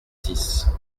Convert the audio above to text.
six